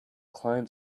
client